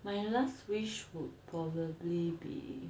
my last wish would probably be